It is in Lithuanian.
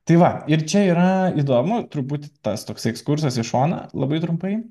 tai va ir čia yra įdomu turbūt tas toks ekskursas į šoną labai trumpai